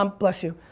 um bless you.